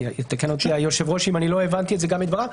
יתקן אותי היושב-ראש אם לא הבנתי את זה מדבריו,